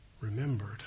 Remembered